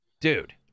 Dude